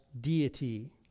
deity